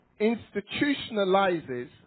institutionalizes